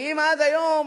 כי אם עד היום